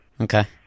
Okay